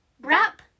Wrap